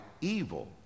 evil